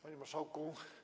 Panie Marszałku!